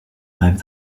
rêve